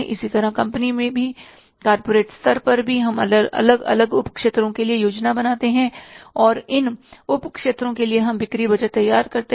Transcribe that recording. इसी तरह कंपनी में भी कॉर्पोरेट स्तर पर भी हम अलग अलग उप क्षेत्रों के लिए योजना बनाते हैं और इन उप क्षेत्रों के लिए हम बिक्री बजट तैयार करते हैं